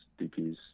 DPs